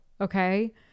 Okay